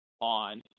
on